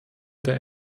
der